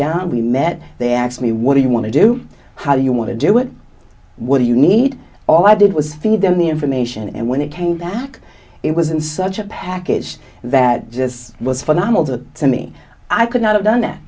down we met they asked me what do you want to do how do you want to do it what do you need all i did was feed them the information and when it came back it was in such a package that just was phenomenal that to me i could not have done that